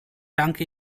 danke